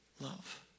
love